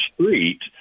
street